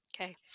Okay